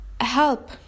help